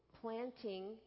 planting